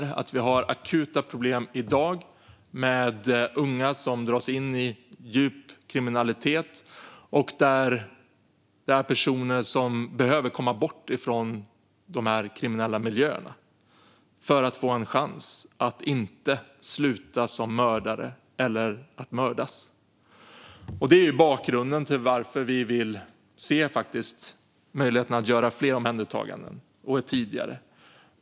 Vi har i dag akuta problem med unga som dras in i djup kriminalitet, och det finns personer som behöver komma bort från de kriminella miljöerna för att få en chans att inte sluta som mördare eller som mördade. Det är bakgrunden till att vi vill se möjligheten att göra fler omhändertaganden och att göra dem tidigare.